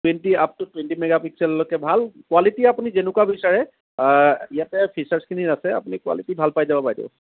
twenty up to twenty megapixel ভাল quality আপুনি যেনেকুৱা বিচাৰে ইয়াতে ফিচাৰচখিনি আছে আপুনি যিখিনি ভাল পাই যাব